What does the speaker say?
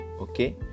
okay